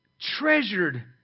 Treasured